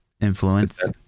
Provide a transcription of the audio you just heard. influence